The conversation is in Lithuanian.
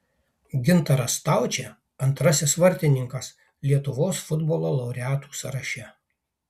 gintaras staučė antrasis vartininkas lietuvos futbolo laureatų sąraše